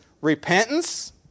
repentance